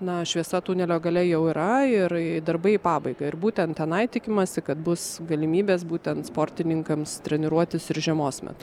na šviesa tunelio gale jau yra ir darbai į pabaigą ir būtent tenai tikimasi kad bus galimybės būtent sportininkams treniruotis ir žiemos metu